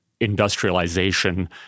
industrialization